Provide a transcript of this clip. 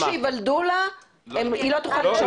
אבל את הילדים שייוולדו היא לא תוכל לרשום כיהודים.